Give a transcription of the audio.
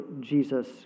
Jesus